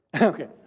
Okay